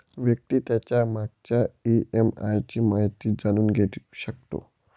व्यक्ती त्याच्या मागच्या ई.एम.आय ची माहिती जाणून घेऊ शकतो